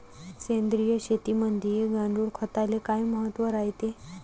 सेंद्रिय शेतीमंदी गांडूळखताले काय महत्त्व रायते?